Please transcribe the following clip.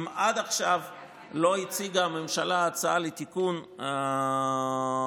שאם עד עכשיו לא הציגה הממשלה הצעה לתיקון הזה בחקיקה,